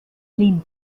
linz